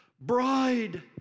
Bride